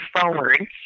forward